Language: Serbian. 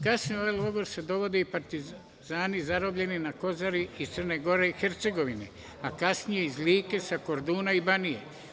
Kasnije, u ovaj logor se dovode i partizani zarobljeni na Kozari iz Crne Gore i Hercegovine, a kasnije iz Like sa Korduna i Banije.